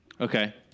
Okay